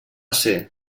ser